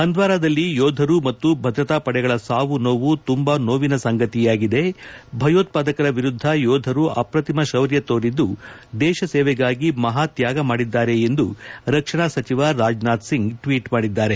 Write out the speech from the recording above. ಹಂದ್ವಾರದಲ್ಲಿ ಯೋಧರು ಮತ್ತು ಭದ್ರತಾ ಪಡೆಗಳ ಸಾವು ನೋವು ತುಂಬಾ ನೋವಿನ ಸಂಗತಿಯಾಗಿದೆ ಭಯೋತ್ತಾದಕರ ವಿರುದ್ದ ಯೋಧರು ಅಪ್ರತಿಮ ಶೌರ್ಯ ತೋರಿದ್ಲು ದೇಶ ಸೇವೆಗಾಗಿ ಮಹಾ ತ್ಲಾಗವನ್ನು ಮಾಡಿದ್ದಾರೆ ಎಂದು ರಕ್ಷಣಾ ಸಚಿವ ರಾಜನಾಥ್ ಸಿಂಗ್ ಟ್ನೀಟ್ ಮಾಡಿದ್ದಾರೆ